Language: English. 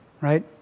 right